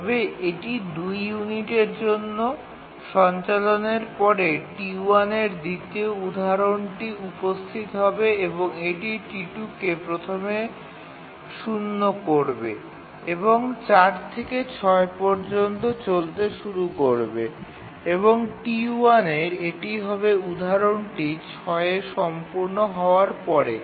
তবে এটি ২ ইউনিটের জন্য সঞ্চালনের পরে T1 এর দ্বিতীয় উদাহরণটি উপস্থিত হবে এবং এটি T2 কে প্রথমে শূন্য করবে এবং ৪ থেকে ৬ পর্যন্ত চলতে শুরু করবে এবং T1 এর এটি হবে উদাহরণটি ৬ এ সম্পূর্ণ হওয়ার পরে